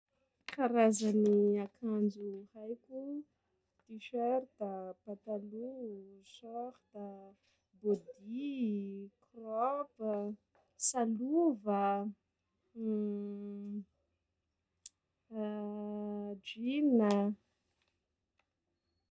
Karazany akanjo haiko: t-shirt, patalo, short, body, kraoba, salova, a jean.